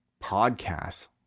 podcast